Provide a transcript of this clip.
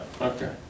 okay